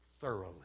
thoroughly